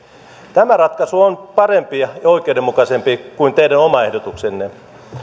tämä ratkaisu on parempi ja ja oikeudenmukaisempi kuin teidän oma ehdotuksenne